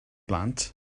blant